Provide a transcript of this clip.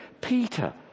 Peter